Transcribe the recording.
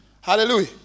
Hallelujah